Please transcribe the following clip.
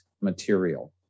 material